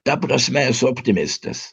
ta prasme esu optimistas